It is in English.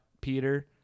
Peter